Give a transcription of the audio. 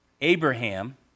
Abraham